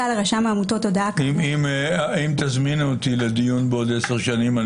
אם תזמינו איתי לדיון בעוד 10 שנים,